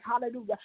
Hallelujah